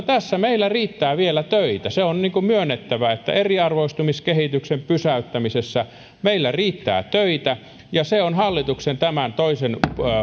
tässä meillä riittää vielä töitä se on myönnettävä että eriarvoistumiskehityksen pysäyttämisessä meillä riittää töitä ja se on tämän hallituksen toisen